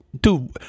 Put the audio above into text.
dude